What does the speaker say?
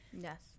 Yes